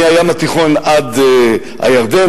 מהים התיכון עד הירדן,